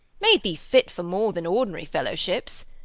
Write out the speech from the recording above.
made thee fit for more than ordinary fellowships?